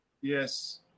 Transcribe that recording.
Yes